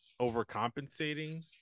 overcompensating